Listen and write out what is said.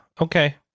okay